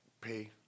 pay